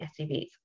SUVs